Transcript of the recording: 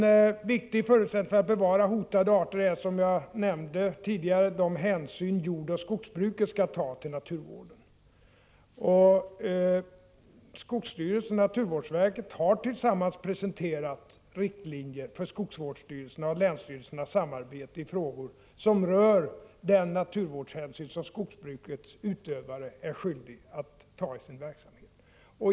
En viktig förutsättning för att bevara hotade arter är, som jag nämnde tidigare, de hänsyn jordoch skogsbruket skall ta till naturvården. Skogsstyrelsen och naturvårdsverket har tillsammans presenterat riktlinjer för skogsvårdsstyrelsernas och länsstyrelsernas samarbete i frågor som rör den naturvårdshänsyn som skogsbrukets utövare är skyldiga att ta i sin verksamhet.